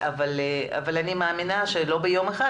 אבל אני מאמינה שאם לא ביום אחד,